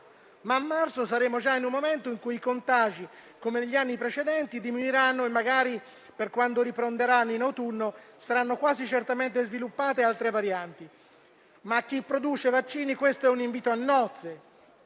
marzo, quando saremo già in un momento in cui i contagi, come negli anni precedenti, diminuiranno e magari, per quando riprenderanno in autunno, si saranno quasi certamente sviluppate altre varianti. Per chi produce vaccini questo è un invito a nozze,